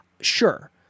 Sure